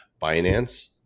Binance